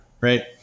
right